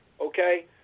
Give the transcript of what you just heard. okay